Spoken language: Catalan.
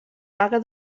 paga